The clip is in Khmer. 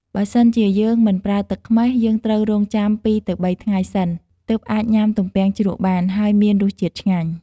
បើសិនជាយើងមិនប្រើទឹកខ្មេះ យើងត្រូវរង់ចាំ២ទៅ៣ថ្ងៃសិន ទើបអាចញុំាទំពាំងជ្រក់បាន ហើយមានរសជាតិឆ្ងាញ់។